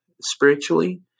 spiritually